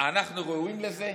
אנחנו ראויים לזה?